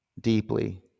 deeply